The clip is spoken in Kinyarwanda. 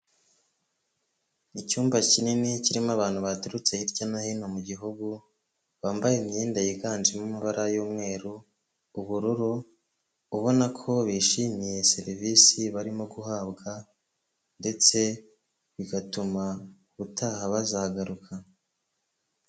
Icyumba kinini kirimo abantu baturutse hirya no hino mu gihugu, bambaye imyenda yiganjemo amabara y'umweru, ubururu, ubona ko bishimiye serivisi barimo guhabwa ndetse bigatuma ubutaha bazagaruka.